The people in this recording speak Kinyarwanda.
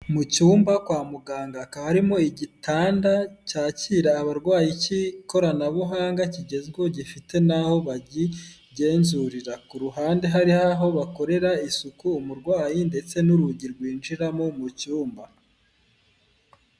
Mu cyumba kwa muganga hakaba harimo igitanda cyakira abarwayi cy'ikoranabuhanga kigezweho gifite n'aho bakigenzurira, ku ruhande hariho aho bakorera isuku umurwayi ndetse n'urugi rwinjiramo mu cyumba.